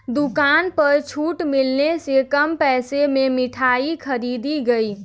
दुकान पर छूट मिलने से कम पैसे में मिठाई खरीदी गई